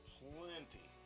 plenty